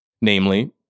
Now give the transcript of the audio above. Namely